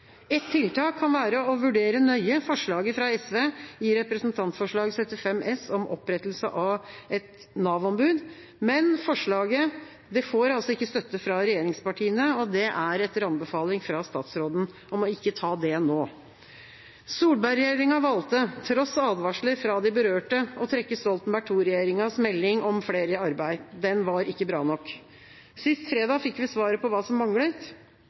et Nav-ombud. Forslaget får ikke støtte fra regjeringspartiene, og det er etter anbefaling fra statsråden om ikke å ta det nå. Solberg-regjeringa valgte, tross advarsler fra de berørte, å trekke Stoltenberg II-regjeringas melding om flere i arbeid – den var ikke bra nok. Sist fredag fikk vi svaret på hva som manglet.